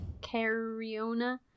Cariona